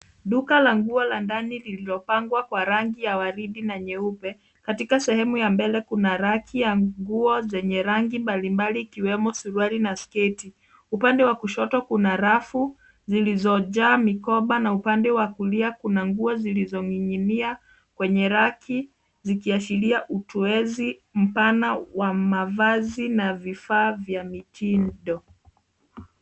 Duka la nguo la ndani lililopangwa kwa rangi ya waridi na nyeupe. Katika sehemu ya mbele kuna raki ya nguo zenye rangi mbalimbali ikiwemo suruali na sketi. Upande wa kushoto kuna rafu zilizojaa mikoba na upande wa kulia kuna nguo zilizoning'inia kwenye raki, zikiashiria utoezi mpana wa mavazi na vifaa vya mitindo.